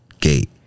gate